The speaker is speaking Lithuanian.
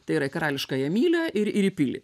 tai yra karališkąją mylią ir ir į pilį